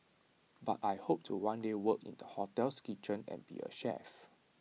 but I hope to one day work in the hotel's kitchen and be A chef